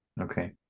Okay